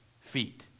feet